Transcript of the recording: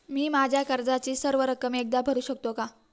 मी माझ्या कर्जाची सर्व रक्कम एकदा भरू शकतो का?